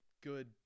good